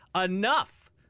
Enough